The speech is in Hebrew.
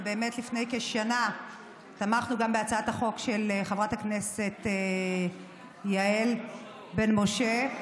ובאמת לפני כשנה תמכנו גם בהצעת החוק של חברת הכנסת יעל בן משה,